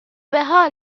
بحال